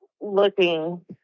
looking